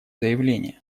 заявление